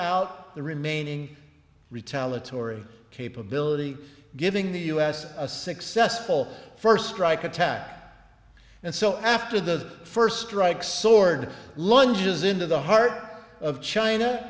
out the remaining retaliatory capability giving the us a successful first strike attack and so after the first strike sword lunges into the heart of china